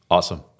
Awesome